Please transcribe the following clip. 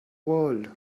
world